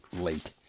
late